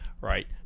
right